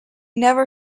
never